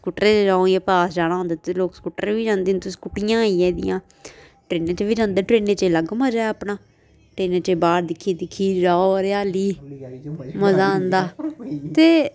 स्कूटरै च जाओ इ'यां पास जाना होंदा लोक स्कूटर बी जांदे न हून ते स्कूटरियां आई गेदियां ट्रेनें च बी जंदे न ट्रेनें च अलग मजा अपना ट्रेनें च बाह्र दिक्खी दिक्खी जाओ हरेयाली मजा आंदा ते